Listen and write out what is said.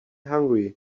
hungry